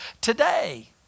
today